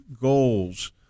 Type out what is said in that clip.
goals